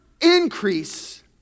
increase